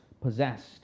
possessed